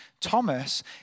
Thomas